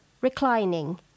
reclining